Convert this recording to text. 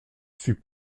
fut